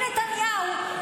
לבנון.